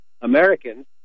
Americans